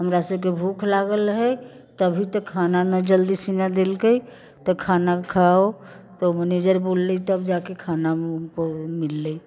हमरा सभके भूख लागल रहै तब भी तऽ खानामे जल्दीसँ न देलकै तऽ खाना खाऊ तऽ मनैजर बोललै तब जाकऽ खाना बोल मिललै